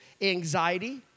anxiety